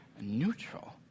neutral